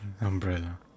umbrella